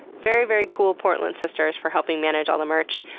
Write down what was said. very, very cool portland sisters, for helping manage all the merch.